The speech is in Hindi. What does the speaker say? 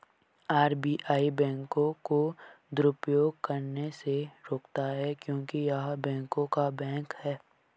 आर.बी.आई बैंकों को दुरुपयोग करने से रोकता हैं क्योंकि य़ह बैंकों का बैंक हैं